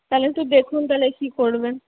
তাহলে একটু দেখুন তাহলে কী করবেন